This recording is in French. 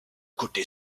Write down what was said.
côté